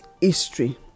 history